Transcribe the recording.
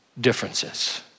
differences